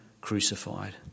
crucified